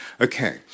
Okay